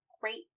great